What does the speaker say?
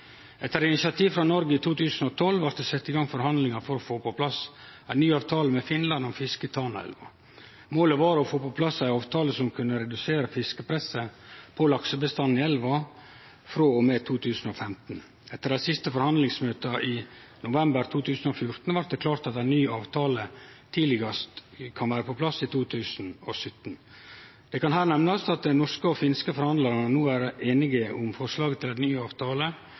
Etter initiativ frå Noreg i 2012 blei det sett i gang forhandlingar for å få på plass ei ny avtale med Finland om fiske i Tanaelva. Målet var å få på plass ei avtale som kunne redusere fiskepresset på laksebestanden i elva frå og med 2015. Etter dei siste forhandlingsmøta i november 2014 blei det klart at ei ny avtale tidlegast kan vere på plass i 2017. Det kan her nemnast at dei norske og finske forhandlarane no er enige om forslag til ei ny avtale.